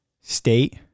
state